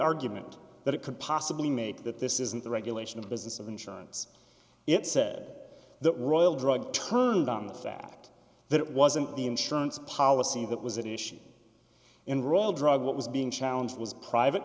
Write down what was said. argument that it could possibly make that this isn't the regulation of business of insurance it said the royal drug turned on the fact that it was an insurance policy that was an issue in roll drug what was being challenge was private